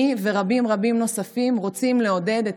אני ורבים רבים נוספים רוצים לעודד את